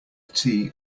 tea